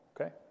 okay